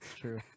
True